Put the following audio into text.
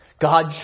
God